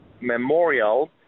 memorial